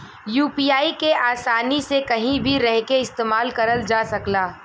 UPI के आसानी से कहीं भी रहके इस्तेमाल करल जा सकला